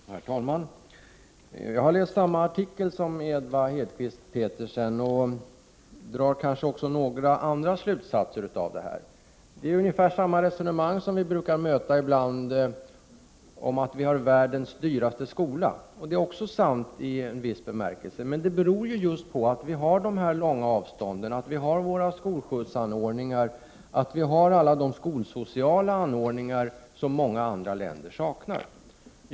Herr talman! Jag har läst samma artikel som Ewa Hedkvist Petersen, men jag drar kanske också några andra slutsatser av den. I artikeln fanns ungefär samma resonemang som vi ibland brukar möta om att vi har världens dyraste skola. Det är sant i en viss bemärkelse. Det beror på att vi har så långa avstånd i vårt land, att vi har skolskjutsanordningar och alla de skolsociala anordningar som många andra länder saknar.